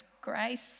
grace